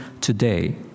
today